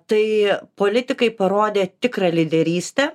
tai politikai parodė tikrą lyderystę